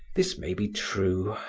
this may be true.